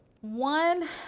One